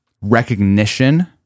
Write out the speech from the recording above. recognition